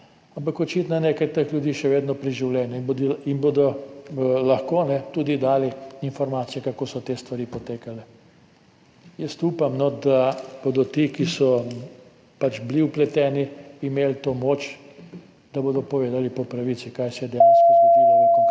ampak očitno je nekaj teh ljudi še vedno pri življenju in bodo lahko tudi dali informacije, kako so te stvari potekale. Jaz upam, da bodo ti, ki so bili vpleteni, imeli to moč, da bodo povedali po pravici, kaj se je dejansko zgodilo v konkretnih